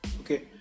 okay